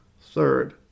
Third